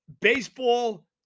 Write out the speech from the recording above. baseball